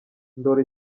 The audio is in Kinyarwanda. ndora